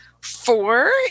four